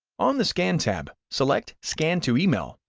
on the scan tab, select scan to email,